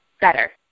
better